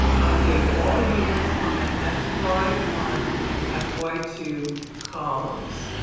update all units on the f y one and f y two columns.